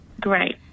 Great